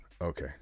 Okay